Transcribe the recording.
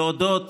להודות